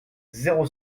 zéro